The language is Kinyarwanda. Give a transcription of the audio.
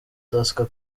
tusker